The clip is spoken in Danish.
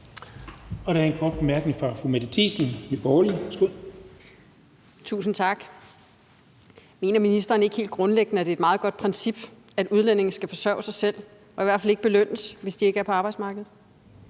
Nye Borgerlige. Værsgo. Kl. 14:53 Mette Thiesen (NB): Tusind tak. Mener ministeren ikke helt grundlæggende, at det er et meget godt princip, at udlændinge skal forsørge sig selv og i hvert fald ikke belønnes, hvis de ikke er på arbejdsmarkedet?